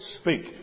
speak